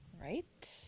Right